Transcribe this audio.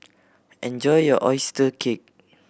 enjoy your oyster cake